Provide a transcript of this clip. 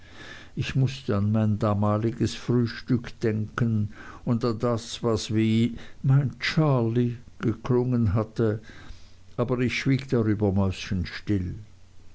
ich mußte an mein damaliges frühstück denken und an das das wie mein charley geklungen hatte aber ich schwieg darüber